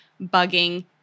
bugging